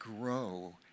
grow